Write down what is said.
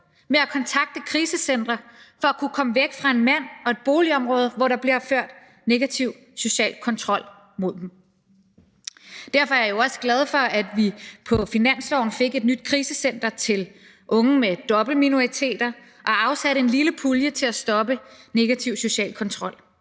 med at kontakte krisecentre, for at de kunne komme væk fra en mand og et boligområde, hvor der blev ført negativ social kontrol med dem. Derfor er jeg også glad for, at vi på finansloven fik et nyt krisecenter til unge med dobbelt minoritetsbaggrund og fik afsat en lille pulje til at stoppe negativ social kontrol.